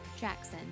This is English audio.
Jackson